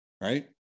Right